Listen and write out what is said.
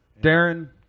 Darren